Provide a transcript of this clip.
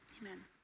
Amen